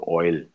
oil